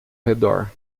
redor